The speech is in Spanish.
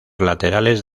laterales